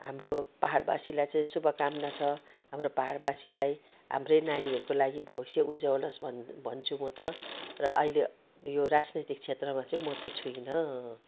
हाम्रो पहाडवासीलाई चाहिँ शुभकामना छ हाम्रो पहाडवासीलाई हाम्रै नानीहरूको लागि भविष्य उज्जवल होस् भन् भन्छु म त र अहिले यो राजनैतिक क्षेत्रमा चाहिँ म चैँ छुइनँ